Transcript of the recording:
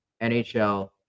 NHL